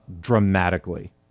dramatically